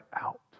out